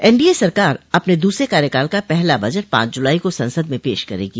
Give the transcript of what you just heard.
NDA सरकार अपने दूसरे कार्यकाल का पहला बजट पांच जुलाई को संसद में पेश करेगी